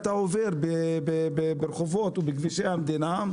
אתה עובר ברחובות ובכבישי המדינה,